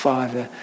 Father